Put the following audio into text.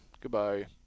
Goodbye